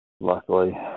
luckily